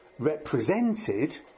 Represented